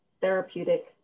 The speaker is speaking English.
therapeutic